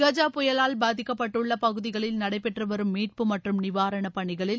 கஜா புயலால் பாதிக்கப்பட்டுள்ள பகுதிகளில் நடைபெற்று வரும் மீட்பு மற்றும் நிவாரணப் பணிகளில்